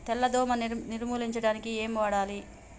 తెల్ల దోమ నిర్ములించడానికి ఏం వాడాలి?